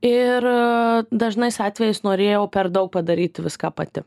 ir dažnais atvejais norėjau per daug padaryti viską pati